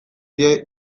dio